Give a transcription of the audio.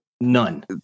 none